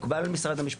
מקובל על המשפטים,